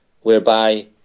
whereby